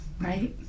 right